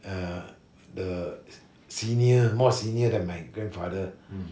uh the senior more senior than my grandfather